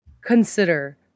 Consider